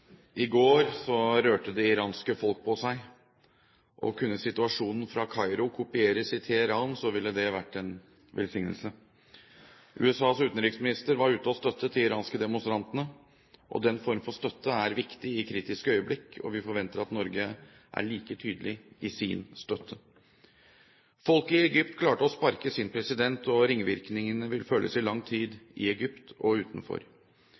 I går rørte det iranske folk på seg. Kunne situasjonen fra Kairo kopieres i Teheran, ville det vært en velsignelse. USAs utenriksminister var ute og støttet de iranske demonstrantene. Den form for støtte er viktig i kritiske øyeblikk, og vi forventer at Norge er like tydelig i sin støtte. Folket i Egypt klarte å sparke sin president, og ringvirkningene vil føles i lang tid i Egypt og utenfor.